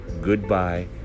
goodbye